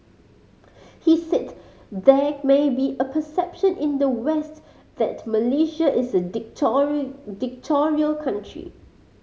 he said there may be a perception in the West that Malaysia is a country